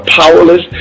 powerless